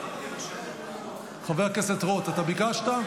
חבר הכנסת רוט, ביקשת?